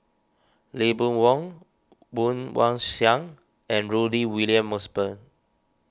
Lee Boon Wang Woon Wah Siang and Rudy William Mosbergen